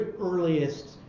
earliest